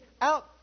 out